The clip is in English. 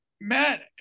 Matt